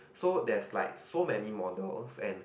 so that's like so many models and